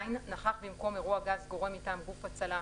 נכח במקום אירוע גז גורם מטעם גוף הצלה,